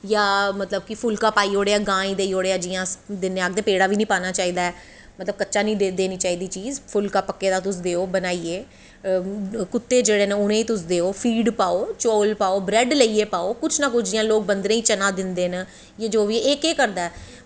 जां फुल्का पाई ओड़ेआ गायें गी देई ओड़ेआ जियां अस दिन्नें आं आखदे कि पेड़ा बी नी पाना चाही दा ऐ मतलव कच्चा नी देनी चीज़ पक्के दा फुल्का तुस देओ बनाईयै कुत्ते जेह्ड़े न उनें गी देओ फीड पाओ चौल पाओ ब्रैड लेईयै पाओ कुश ना कुश जियां लोग बंदरें गी तनां दिंदे न इयां जो बी एह् केह् करदा ऐ